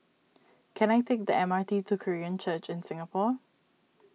can I take the M R T to Korean Church in Singapore